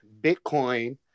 Bitcoin